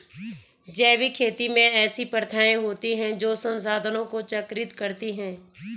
जैविक खेती में ऐसी प्रथाएँ होती हैं जो संसाधनों को चक्रित करती हैं